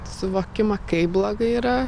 suvokimą kaip blogai yra